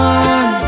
one